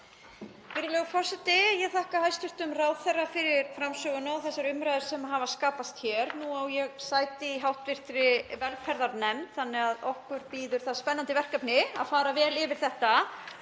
forseti. Ég þakka hæstv. ráðherra fyrir framsöguna og þessar umræður sem hafa skapast hér. Nú á ég sæti í hv. velferðarnefnd þannig að okkur bíður það spennandi verkefni að fara vel yfir þetta